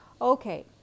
Okay